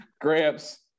gramps